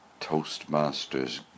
Toastmasters